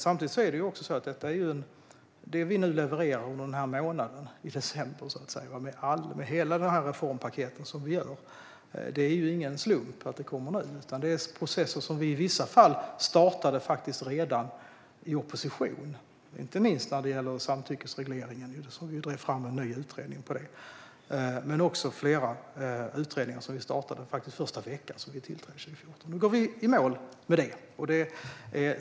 Samtidigt är det ingen slump att det vi levererar i december - hela vårt reformpaket - kommer nu. Vissa av dessa processer startade vi redan i opposition, inte minst när det gäller samtyckesregleringen, som vi ju drev fram en ny utredning om. Flera utredningar startade vi redan den första veckan efter att vi tillträtt 2014. Nu går vi i mål med detta.